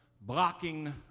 blocking